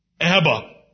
Abba